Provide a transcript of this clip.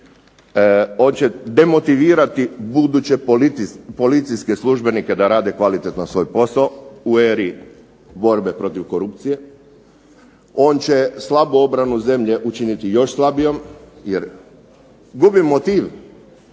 on će demotivirati buduće policijske službenike da rade kvalitetno svoj posao. U HERA-i borbe protiv korupcije. On će slabo obranu zemlje učiniti još slabijom, jer gubi motiv.